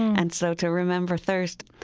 and so to remember thirst.